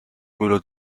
quello